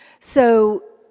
so,